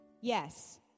Yes